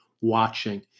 watching